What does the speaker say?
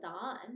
on